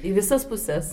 į visas puses